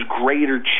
greater